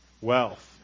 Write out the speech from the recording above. Wealth